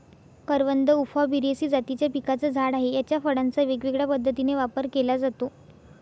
करवंद उफॉर्बियेसी जातीच्या पिकाचं झाड आहे, याच्या फळांचा वेगवेगळ्या पद्धतीने वापर केला जातो